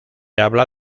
habla